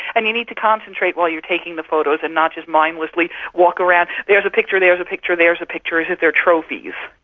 and you need to concentrate while you are taking the photos and not just mindlessly walk around, there's a picture, there's a picture, there's a picture as if they are trophies.